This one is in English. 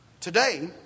Today